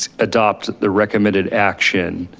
adopt the recommended action,